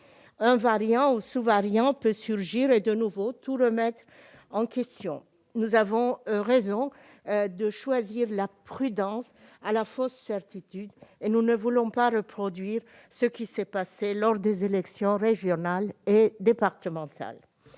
Un variant ou sous-variant peut surgir et de nouveau tout remettre en question. Nous avons raison de préférer la prudence à la fausse certitude. Nous ne voulons pas reproduire ce qui s'est passé lors des élections régionales et départementales